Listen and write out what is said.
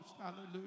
hallelujah